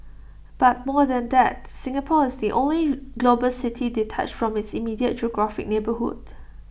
but more than that Singapore is the only global city detached from its immediate geographic neighbourhood